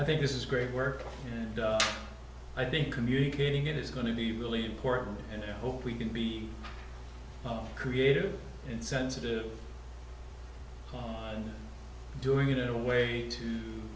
i think this is great work and i think communicating it is going to be really important and i hope we can be creative and sensitive doing it in a way to